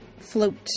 float